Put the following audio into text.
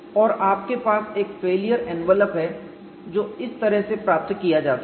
और आपके पास एक फेलियर एनवेलप है जो इस तरह से प्राप्त किया जाता है